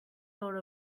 thought